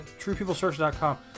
truepeoplesearch.com